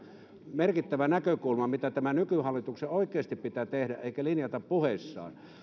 merkittävä näkökulma mitä nykyhallituksen oikeasti pitää tehdä eikä vain linjata puheissaan